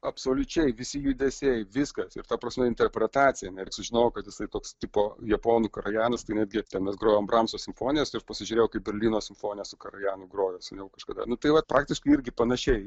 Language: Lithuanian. absoliučiai visi judesiai viskas ir ta prasme interpretacija net sužinojau kad jisai toks tipo japonų karajanas tai netgi ten mes grojom bramso simfonijas ir pasižiūrėjo kaip berlyno simfonijas su karajanu grojo seniau kažkada nu tai vat praktiškai irgi panašiai